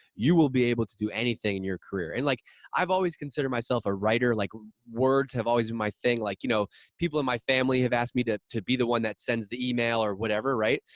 you will be able to do anything in your career. and, like i've always considered myself a writer. like words have always been my thing. like you know people in my family have asked me to to be the one that sends the email or whatever, right?